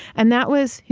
and that was,